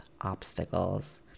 obstacles